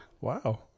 Wow